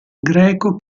greco